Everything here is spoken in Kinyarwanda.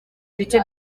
ibice